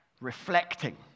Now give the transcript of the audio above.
Reflecting